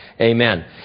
amen